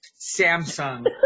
samsung